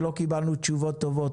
שלא קיבלנו תשובות טובות.